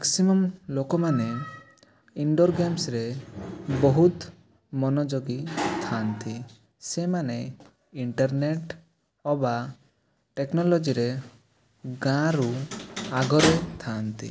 maximum ଲୋକମାନେ indoor ଗେମ୍ସରେ ବହୁତ ମନଯୋଗୀ ଥାଆନ୍ତି ସେମାନେ ଇଣ୍ଟରନେଟ୍ ଅବା ଟେକ୍ନୋଲୋଜିରେ ଗାଁରୁ ଆଗରେ ଥାଆନ୍ତି